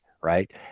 right